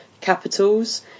capitals